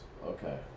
Okay